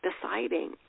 deciding